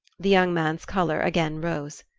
the young man's colour again rose.